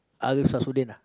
Ariff-Samsuddin ah